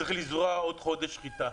צריך לזרוע עוד חודש חיטה.